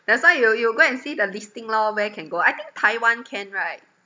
that's why you you go and see the listing lor where can go I think Taiwan can right